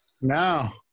No